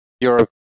europe